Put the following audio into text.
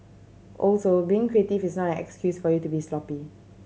also being creative is not an excuse for you to be sloppy